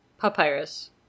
papyrus